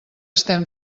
estem